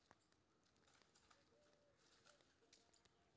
पशु चारा मैं बढ़िया की होय छै?